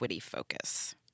focus